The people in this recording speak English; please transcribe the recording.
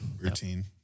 routine